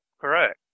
Correct